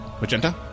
Magenta